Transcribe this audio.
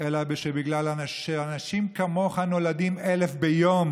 אלא בגלל שאנשים כמוך נולדים אלף ביום